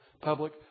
public